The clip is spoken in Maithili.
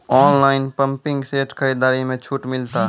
ऑनलाइन पंपिंग सेट खरीदारी मे छूट मिलता?